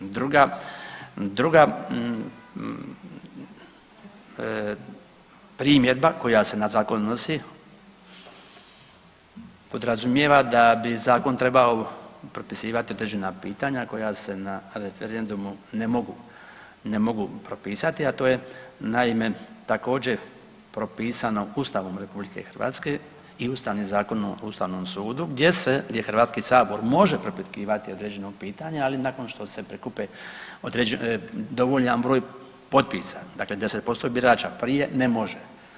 Druga primjedba koja se na zakon odnosi podrazumijeva da bi zakon trebao propisivat određena pitanja koja se na referendumu ne mogu propisati, a to je naime također propisano Ustavom RH i Ustavnim zakonom o Ustavnom sudu gdje se, gdje HS može propitkivati određena pitanja, ali nakon što se prikupe dovoljan broj potpisa, dakle 10% birača, prije ne može.